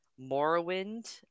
Morrowind